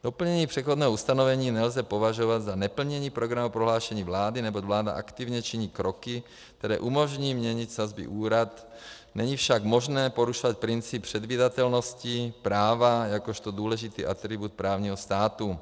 Doplnění přechodného ustanovení nelze považovat za neplnění programového prohlášení vlády, neboť vláda aktivně činí kroky, které umožní měnit sazby úhrad, není však možné porušovat princip předvídatelnosti práva jakožto důležitý atribut právního státu.